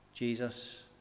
Jesus